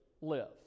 live